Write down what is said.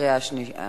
בקריאה השנייה.